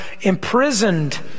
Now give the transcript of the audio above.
imprisoned